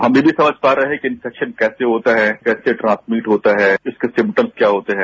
हम ये भी समझ पा रहे हैं कि इन्फेक्शन कैसे होता है कैसे ट्रांसमिट होता है इसके सिम्टम्स क्या होते हैं